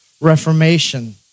Reformation